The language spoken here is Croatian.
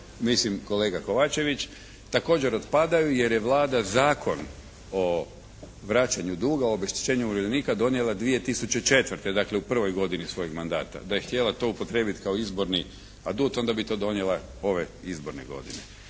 mislim kolega Kovačević, također otpadaju jer je Vlada Zakon o vraćanju duga, o obeštećenju umirovljenika donijela 2004., dakle u prvoj godini svojeg mandata. Da je htjela to upotrijebiti kao izborni adut onda bi to donijela ove izborne godine.